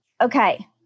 Okay